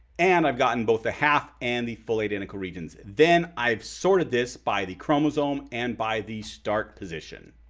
and i've gotten both the half and the fully identical regions. then i've sorted this by the chromosome and by the start position.